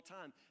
time